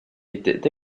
étaient